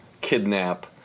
kidnap